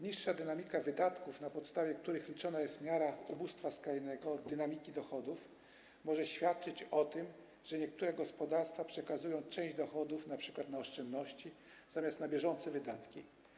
Niższa dynamika wydatków, na podstawie których liczona jest miara ubóstwa skrajnego, od dynamiki dochodów może świadczyć o tym, że niektóre gospodarstwa przekazują część dochodów np. na oszczędności zamiast na bieżące wydatki.